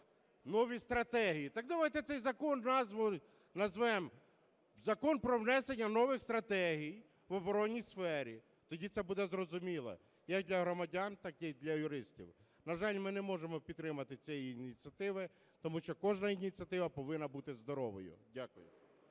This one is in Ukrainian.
нові стратегії. Так давайте цей закон назвою назвемо: "закон про внесення нових стратегій в оборонній сфері". Тоді це буде зрозуміло як для громадян, так і для юристів. На жаль, ми не можемо підтримати цієї ініціативи, тому що кожна ініціатива повинна бути здоровою. Дякую.